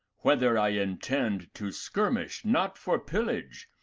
whether i intend to skirmish, not for pillage,